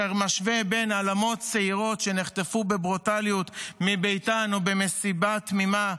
אשר משווה בין עלמות צעירות שנחטפו בברוטליות מביתן או ממסיבה תמימה,